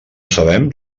sabem